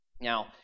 Now